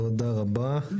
תודה רבה.